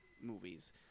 movies